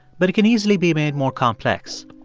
but it can easily be made more complex.